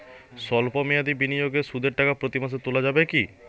সল্প মেয়াদি বিনিয়োগে সুদের টাকা প্রতি মাসে তোলা যাবে কি?